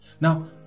Now